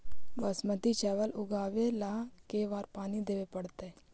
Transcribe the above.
बासमती चावल उगावेला के बार पानी देवे पड़तै?